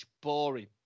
boring